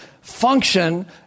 function